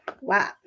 Wow